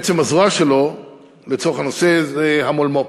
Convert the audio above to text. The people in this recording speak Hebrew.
בעצם הזרוע שלו לצורך הנושא זה המולמו"פ,